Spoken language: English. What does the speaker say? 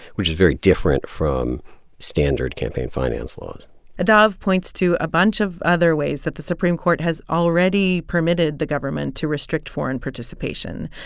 which is very different from standard campaign finance laws adav points to a bunch of other ways that the supreme court has already permitted the government to restrict foreign participation.